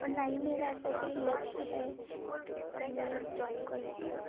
और ना ही मेरा ऐसा कोई लक्ष्य है अपने ड्रॉइंग को लेकर